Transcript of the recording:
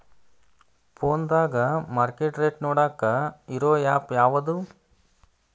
ಫೋನದಾಗ market rate ನೋಡಾಕ್ ಇರು ಆ್ಯಪ್ ಯಾವದು?